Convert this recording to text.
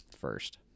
first